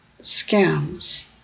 scams